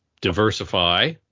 diversify